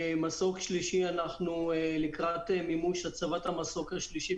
אנחנו לקראת הצבת המסוק השלישי,